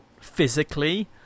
physically